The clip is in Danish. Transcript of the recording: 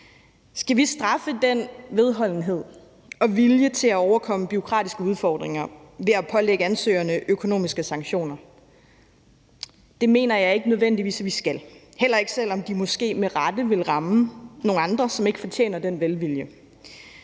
Skal vi straffe den vedholdenhed og vilje til at overkomme bureaukratiske udfordringer ved at pålægge ansøgerne økonomiske sanktioner? Det mener jeg ikke nødvendigvis vi skal, heller ikke selv om de måske med rette ville ramme nogle andre, som ikke fortjener den velvilje.